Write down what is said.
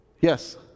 Yes